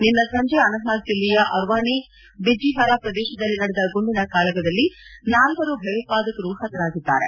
ನಿನ್ನೆ ಸಂಜೆ ಅನಂತನಾಗ್ ಜಿಲ್ಲೆಯ ಅರ್ವಾನಿ ಬಿಜ್ಜಿಹರಾ ಪ್ರದೇಶದಲ್ಲಿ ನಡೆದ ಗುಂಡಿನ ಕಾಳಗದಲ್ಲಿ ನಾಲ್ವರು ಭಯೋತ್ವಾದಕರು ಹತರಾಗಿದ್ದಾರೆ